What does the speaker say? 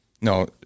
no